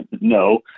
No